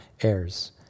heirs